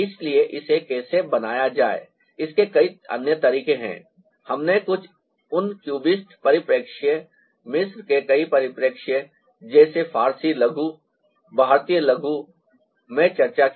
इसलिए इसे कैसे बनाया जाए इसके कई अन्य तरीके हैं हमने कुछ उन क्यूबिस्ट परिप्रेक्ष्य मिस्र के कई परिप्रेक्ष्य जैसे फारसी लघु भारतीय लघु में चर्चा की